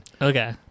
okay